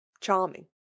charming